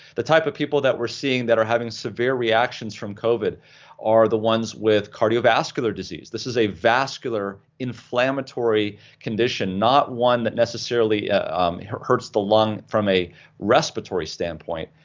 the type of people that we're seeing that are having severe reactions from covid are the ones with cardiovascular disease. this is a vascular inflammatory condition, not one that necessarily hurts the lung from a respiratory standpoint.